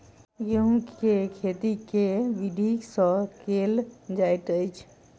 गेंहूँ केँ खेती केँ विधि सँ केल जाइत अछि?